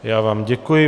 Já vám děkuji.